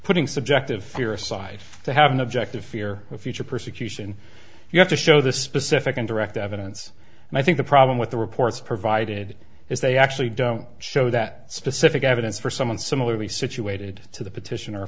putting subjective fear aside to have an objective fear of future persecution you have to show the specific and direct evidence and i think the problem with the reports provided is they actually don't show that specific evidence for someone similarly situated to the petition